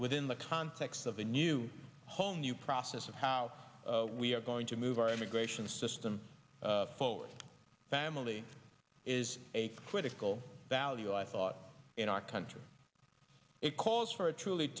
within the context of the new home new process of how we are going to move our immigration system forward family is a critical value i thought in our country it calls for a truly